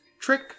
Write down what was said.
trick